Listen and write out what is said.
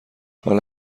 حالا